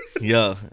Yo